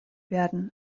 werden